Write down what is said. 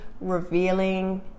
revealing